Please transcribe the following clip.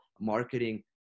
marketing